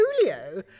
Julio